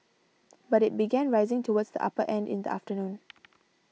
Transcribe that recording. but it began rising towards the upper end in the afternoon